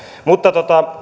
mutta